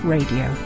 Radio